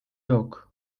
yok